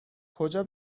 کجا